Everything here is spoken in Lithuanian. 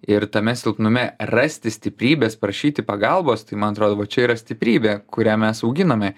ir tame silpnume rasti stiprybės prašyti pagalbos tai man atrodo va čia yra stiprybė kurią mes auginame